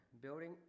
building